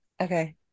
Okay